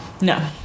no